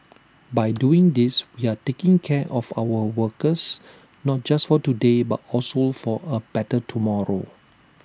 by doing these we are taking care of our workers not just for today but also for A better tomorrow